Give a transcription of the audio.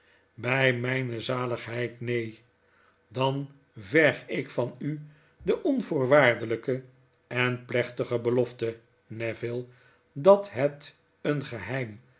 by myne zaligheid neenr dan verg ik van u de onvoorwaardelyke en plechtige belofte neville dat het een geheim